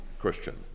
Christian